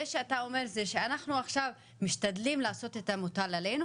זה שאתה אומר: אנחנו עכשיו משתדלים לעשות את המוטל עלינו.